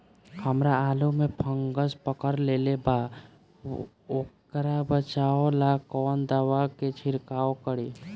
हमरा आलू में फंगस पकड़ लेले बा वोकरा बचाव ला कवन दावा के छिरकाव करी?